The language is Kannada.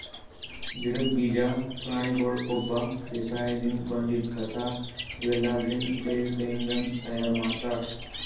ಗಿಡದ್ ಬೀಜಾ ಪ್ರಾಣಿಗೊಳ್ ಕೊಬ್ಬ ಬೇಸಾಯದಿನ್ದ್ ಬಂದಿದ್ ಕಸಾ ಇವೆಲ್ಲದ್ರಿಂದ್ ಜೈವಿಕ್ ಇಂಧನ್ ತಯಾರ್ ಮಾಡ್ತಾರ್